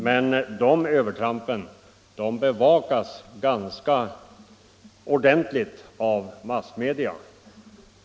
Men dessa övertramp bevakas ganska ordentligt av massmedia.